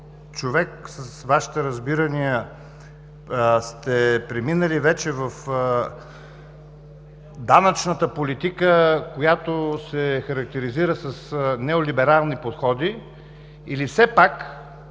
човек с Вашите разбирания сте преминали вече в данъчната политика, която се характеризира с неолиберални подходи, или все пак